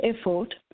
effort